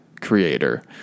creator